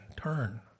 Turn